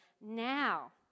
now